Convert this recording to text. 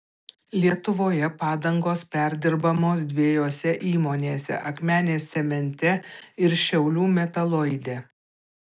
lietuvoje padangos perdirbamos dviejose įmonėse akmenės cemente ir šiaulių metaloide